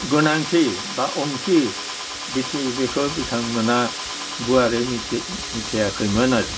गोनांथि बा ओंथि बेखौ बिथांमोना गुवारै मिथियाखैमोन आरो